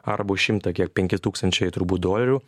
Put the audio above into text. arba už šimtą kiek penki tūkstančiai turbūt dolerių